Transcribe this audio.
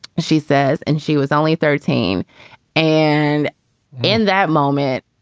she says. and she was only thirteen. and in that moment,